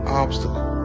obstacle